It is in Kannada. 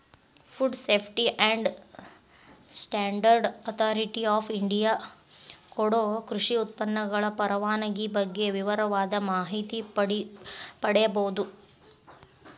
food safety and standard authority of India ಕೊಡೊ ಕೃಷಿ ಉತ್ಪನ್ನಗಳ ಪರವಾನಗಿ ಬಗ್ಗೆ ವಿವರವಾದ ಮಾಹಿತಿ ಪಡೇಬೋದು